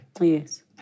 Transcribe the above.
Yes